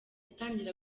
atangira